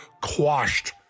quashed